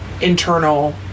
internal